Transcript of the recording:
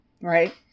right